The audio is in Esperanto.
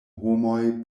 homoj